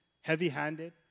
heavy-handed